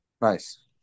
Nice